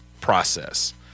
process